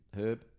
Herb